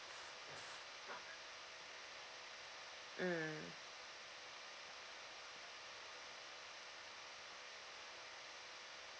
mm